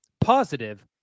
positive